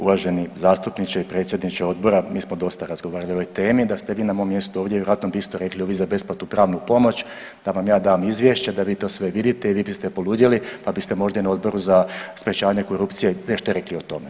Uvaženi zastupniče i predsjedniče odbora, mi smo dosta razgovarali o ovoj temi, da ste vi na mom mjestu ovdje vjerojatno bi isto rekli ovi za besplatnu pravnu pomoć da vam ja dam izvješće da vi to sve vidite i vi biste poludjeli pa biste možda i na odboru za sprečavanje korupcije nešto rekli o tome.